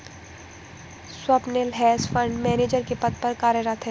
Swapnil hedge fund manager के पद पर कार्यरत है